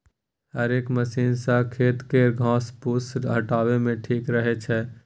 हेरेक मशीन सँ खेत केर घास फुस हटाबे मे ठीक रहै छै